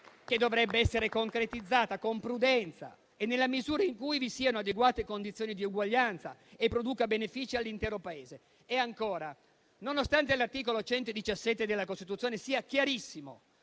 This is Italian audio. che dovrebbe essere concretizzata con prudenza e nella misura in cui vi siano adeguate condizioni di uguaglianza e produca benefici all'intero Paese. Ancora, nonostante l'articolo 117 della Costituzione sia chiarissimo